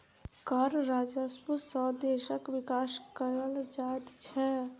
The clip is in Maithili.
कर राजस्व सॅ देशक विकास कयल जाइत छै